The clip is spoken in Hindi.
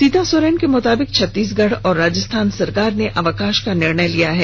सीता सोरेन के मुताबिक छत्तीसगढ़ और राजस्थान सरकार ने अवकाश का निर्णय लिया है